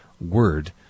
word